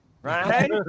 Right